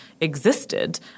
existed